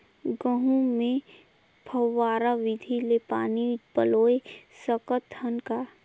गहूं मे फव्वारा विधि ले पानी पलोय सकत हन का?